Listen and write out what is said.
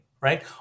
right